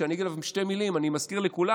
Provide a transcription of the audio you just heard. שאני אגיד עליו שתי מילים אני מזכיר לכולם,